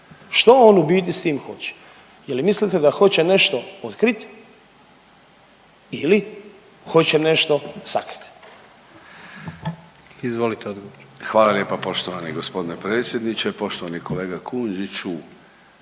Što on u biti s tim hoće? Je li mislite da hoće nešto otkriti ili hoće nešto sakriti?